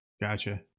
gotcha